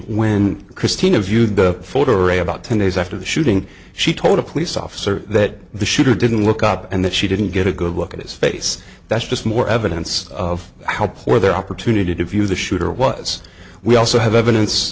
when christina viewed the photo array about ten days after the shooting she told a police officer that the shooter didn't look up and that she didn't get a good look at his face that's just more evidence of how poor their opportunity to view the shooter was we also have evidence